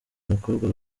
umukobwa